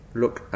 look